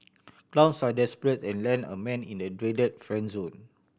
clowns are desperate and land a man in the dreaded friend zone